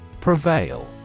Prevail